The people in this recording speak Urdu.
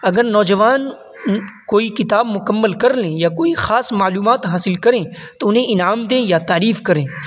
اگر نوجوان کوئی کتاب مکمل کر لیں یا کوئی خاص معلومات حاصل کریں تو انہیں انعام دیں یا تعریف کریں